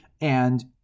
and-